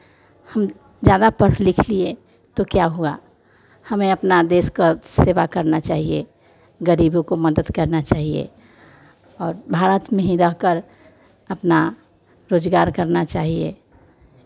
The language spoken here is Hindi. हम ज़्यादा पढ़ लिख लिए तो क्या हुआ हमें अपना देश का सेवा करना चाहिए ग़रीबों का मदद चाहिए और भारत में ही रहकर अपना रोजगार करना चाहिए